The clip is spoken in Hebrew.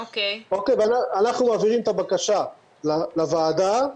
אנחנו מעבירים את הבקשה לוועדה,